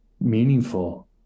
meaningful